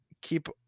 keep